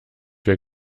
wir